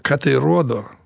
ką tai rodo